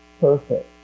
perfect